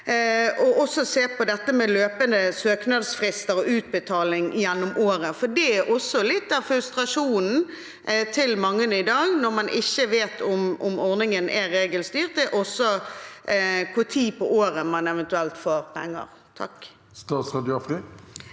vil se på dette med løpende søknadsfrister og utbetaling gjennom året, for litt av frustrasjonen til mange i dag, når man ikke vet om ordningen er regelstyrt, gjelder også når på året man eventuelt får penger.